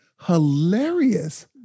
hilarious